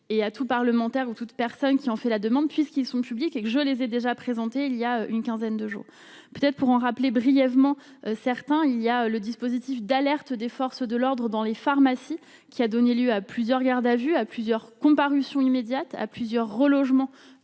et à tout parlementaire ou toute personne qui en fait la demande, puisqu'ils sont publics et que je les ai déjà présenté il y a une quinzaine de jours peut-être pour en rappeler brièvement certains il y a le dispositif d'alerte des forces de l'ordre dans les pharmacies qui a donné lieu à plusieurs gardes à vue à plusieurs comparution immédiate à plusieurs relogement